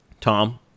Tom